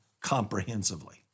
comprehensively